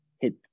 Hit